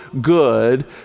good